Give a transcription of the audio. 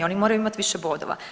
Oni moraju imati više bodova.